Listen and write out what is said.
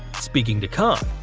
speaking to khan,